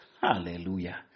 Hallelujah